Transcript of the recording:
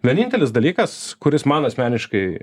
vienintelis dalykas kuris man asmeniškai